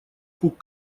пук